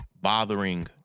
bothering